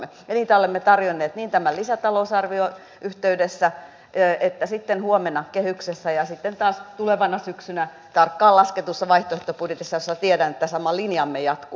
ja niitä olemme tarjonneet tämän lisätalousarvion yhteydessä niin kuin tarjoamme sitten huomenna kehyksessä ja sitten taas tulevana syksynä tarkkaan lasketussa vaihtoehtobudjetissa josta tiedän että siinä sama linjamme jatkuu